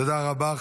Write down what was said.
תודה רבה.